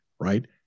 right